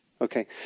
Okay